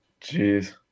jeez